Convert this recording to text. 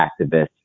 activists